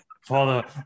father